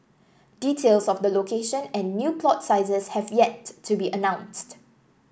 details of the location and new plot sizes have yet to be announced